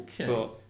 Okay